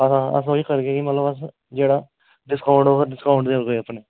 हां अस ओह् ई करगे मतलब कि अस जेह्ड़ा डिस्कांऊट होग डिस्काऊंट देई ओड़गे अपने